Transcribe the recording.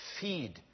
feed